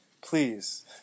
please